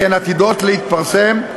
וכי הן עתידות להתפרסם,